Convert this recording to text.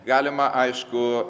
galima aišku